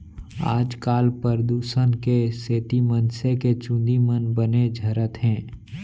आजकाल परदूसन के सेती मनसे के चूंदी मन बने झरत हें